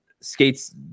skates